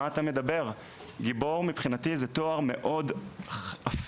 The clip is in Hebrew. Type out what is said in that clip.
מה אתה מדבר?' גיבור מבחינתי זה תואר מאוד אפל,